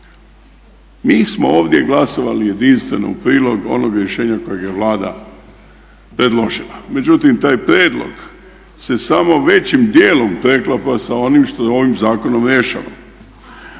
Mi smo ovdje glasovali jedinstveno u primjer onog rješenja kojeg je Vlada predložila. Međutim taj prijedlog se samo većim dijelom preklapa sa onim što ovim zakonom rješavamo.